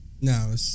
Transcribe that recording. no